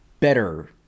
Better